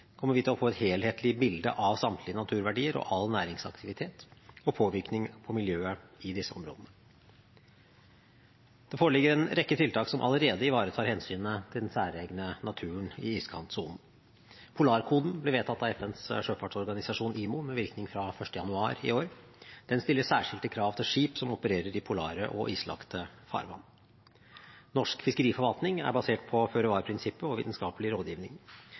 kommer vi til å få et helhetlig bilde av samtlige naturverdier og all næringsaktivitet og påvirkninger på miljøet i disse områdene. Det foreligger en rekke tiltak som allerede ivaretar hensynet til den særegne naturen i iskantsonen. Polarkoden ble vedtatt av FNs sjøfartsorganisasjon, IMO, med virkning fra 1. januar i år. Den stiller særskilte krav til skip som opererer i polare og islagte farvann. Norsk fiskeriforvaltning er basert på føre-var-prinsippet og vitenskapelig rådgivning.